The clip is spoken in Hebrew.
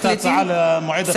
שאני אעביר את ההצעה למועד אחר,